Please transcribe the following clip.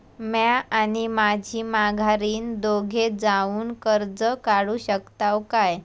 म्या आणि माझी माघारीन दोघे जावून कर्ज काढू शकताव काय?